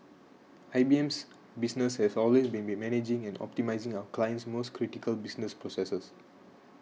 IBM's business has always been managing and optimising our clients most critical business processes